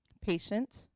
patient